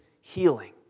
healing